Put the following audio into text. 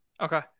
Okay